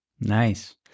Nice